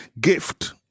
gift